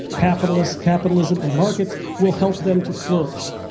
capitalist capitalism and markets will help them to flourish,